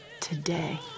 today